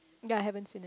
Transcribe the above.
ya I haven't seen it